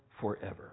forever